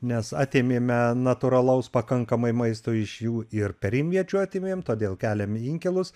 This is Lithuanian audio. nes atėmėme natūralaus pakankamai maisto iš jų ir perimviečių atėmėm todėl keliame inkilus